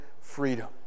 freedom